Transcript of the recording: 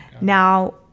now